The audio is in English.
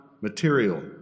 material